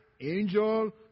angel